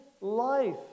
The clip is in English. life